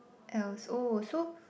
else oh so